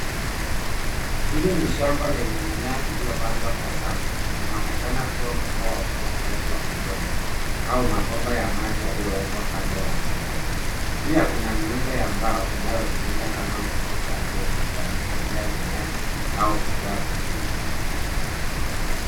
Hili ni shamba lenye mimea iliyopandwa kwa safu na inaonekana kuwa mfumo wa umwagiliaji wa matone au mabomba ya maji yaliyowekwa kando ya mimea. Pia kuna miundo ya mbao inayotumika kama nguzo za fremu ya kusaidia mimea au kutoa kivuli.